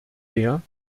der